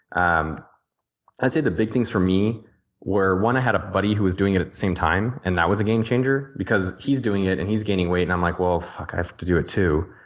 um i'd say the big things for me were one, i had a buddy who was doing it at the same time and that was a game-changer because he's doing it and he's gaining weight and i'm like well fuck i have to do it, too.